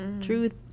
Truth